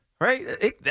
Right